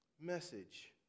message